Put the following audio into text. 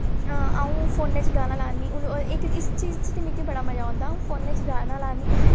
अ'ऊं फोनै च गाना लान्नी हून इक इस चीज च ते मिकी बड़ा मजा औंदा अ'ऊं फोनै च गाना लान्नी ते